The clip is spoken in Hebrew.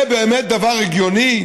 זה באמת דבר הגיוני?